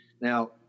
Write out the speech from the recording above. Now